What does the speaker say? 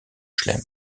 chelem